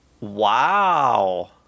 Wow